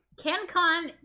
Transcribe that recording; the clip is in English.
CanCon